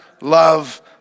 love